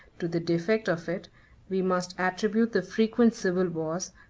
to the defect of it we must attribute the frequent civil wars,